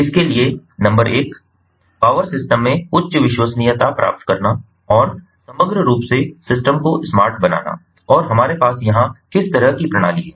इसके लिए नंबर एक पावर सिस्टम में उच्च विश्वसनीयता प्राप्त करना और समग्र रूप से सिस्टम को स्मार्ट बनाना और हमारे पास यहाँ किस तरह की प्रणाली है